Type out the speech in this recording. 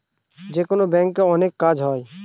যেকোনো ব্যাঙ্কে অনেক কাজ হয়